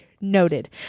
noted